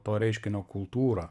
to reiškinio kultūrą